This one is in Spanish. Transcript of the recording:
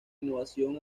innovación